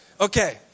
Okay